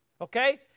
Okay